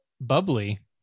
bubbly